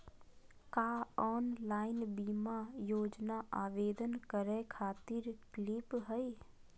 का ऑनलाइन बीमा योजना आवेदन करै खातिर विक्लप हई?